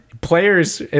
players